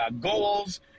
goals